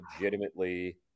legitimately